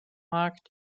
markt